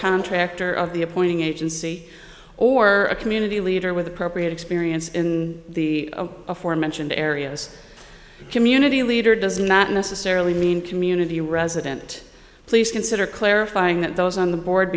contractor of the appointing agency or a community leader with appropriate experience in the aforementioned areas community leader does not necessarily mean community resident please consider clarifying that those on the board